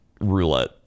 roulette